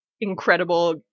incredible